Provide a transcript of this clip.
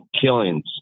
killings